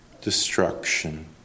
Destruction